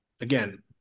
again